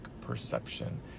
perception